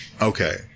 Okay